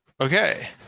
Okay